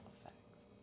effects